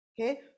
Okay